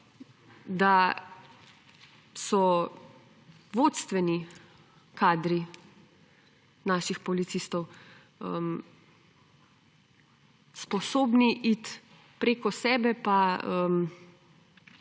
da so vodstveni kadri naših policistov sposobni iti preko sebe in